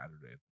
saturday